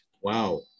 Wow